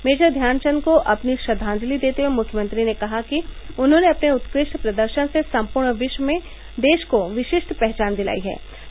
major Dhyanchand को अपनी श्रद्दांजलि देते हुये मुख्यमंत्री ने कहा कि उन्होंने अपने उत्कृष्ट प्रदर्शन से सम्पूर्ण विश्व में देरा को विशिष्ट पहचान दिलायी थी